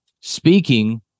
speaking